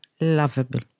lovable